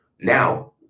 Now